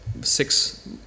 six